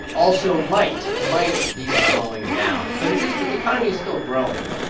also might might be slowing down. but it is but the economy is still growing,